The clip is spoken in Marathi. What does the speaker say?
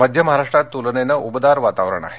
मध्य महाराष्ट्रात तुलनेनं उबदार वातावरण आहे